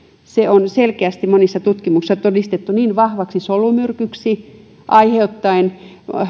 se on selkeästi monissa tutkimuksissa todistettu niin vahvaksi solumyrkyksi aiheuttaen